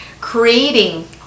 creating